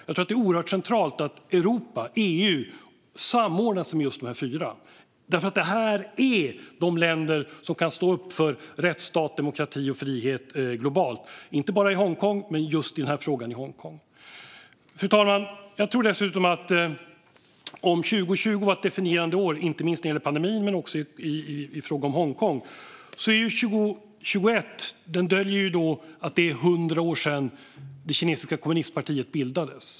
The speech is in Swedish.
Det är oerhört centralt att Europa - EU - samordnar sig med de fyra. De är de länder som kan stå upp för rättsstat, demokrati och frihet globalt - inte bara i Hongkong men just i den frågan i Hongkong. Fru talman! Om 2020 var ett definierande år inte minst när det gäller pandemin och i fråga om Hongkong, döljer 2021 att det var hundra år sedan som det kinesiska kommunistpartiet bildades.